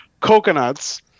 coconuts